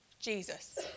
Jesus